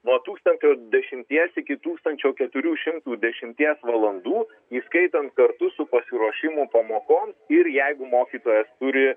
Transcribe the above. nuo tūkstančio dešimties iki tūkstančio keturių šimtų dešimties valandų įskaitant kartu su pasiruošimu pamokoms ir jeigu mokytojas turi